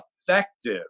effective